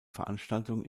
veranstaltung